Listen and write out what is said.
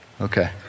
Okay